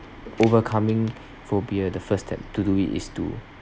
overcoming phobia the first step to do is to